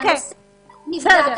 והנושא נבדק.